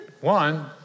One